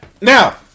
Now